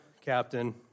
captain